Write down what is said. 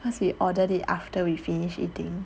cause we ordered it after we finish eating